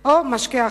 או משקה אחר,